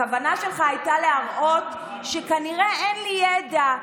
הכוונה שלך הייתה להראות שכנראה אין לי ידע,